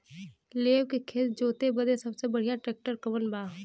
लेव के खेत जोते बदे सबसे बढ़ियां ट्रैक्टर कवन बा?